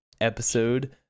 episode